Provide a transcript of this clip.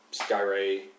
Skyray